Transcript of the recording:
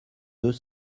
deux